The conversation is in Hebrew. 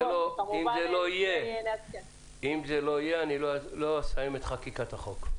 לא יהיה אני לא אסיים את חקיקת החוק.